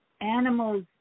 animals